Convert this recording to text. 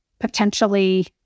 potentially